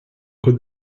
could